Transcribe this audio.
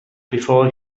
bevor